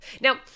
Now